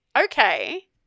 Okay